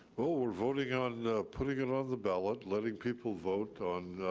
oh we're voting on putting it on the ballot, letting people vote on